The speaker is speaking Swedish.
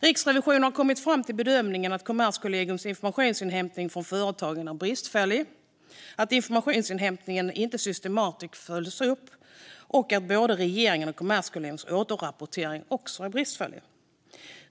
Riksrevisionen har kommit fram till bedömningen att Kommerskollegiums informationsinhämtning från företagen är bristfällig, att informationsinhämtningen inte systematiskt följs upp och att både regeringens och Kommerskollegiums återrapportering är bristfällig.